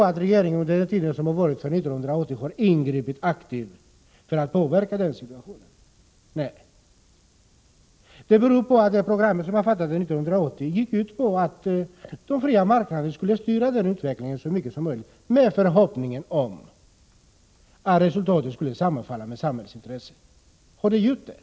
Har regeringen under tiden sedan 1980 ingripit aktivt för att påverka denna situation? Nej. Skälet är att man lade upp det program som beslutades 1980 så, att den fria marknaden skulle styra utvecklingen så mycket som möjligt, i förhoppning om att resultatet skulle sammanfalla med samhällsintresset. Har så blivit fallet?